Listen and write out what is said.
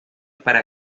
para